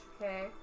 Okay